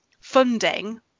funding